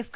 F